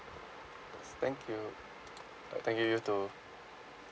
so thank you uh thank you you too